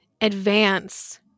advance